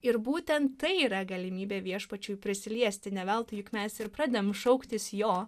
ir būtent tai yra galimybė viešpačiui prisiliesti ne veltui juk mes ir pradedam šauktis jo